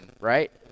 right